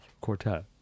Quartet